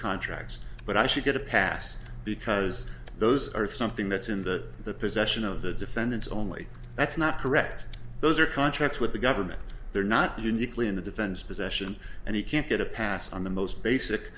contracts but i should get a pass because those are something that's in the possession of the defendants only that's not correct those are contracts with the government they're not uniquely in the defense possession and he can't get a pass on the most basic